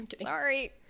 sorry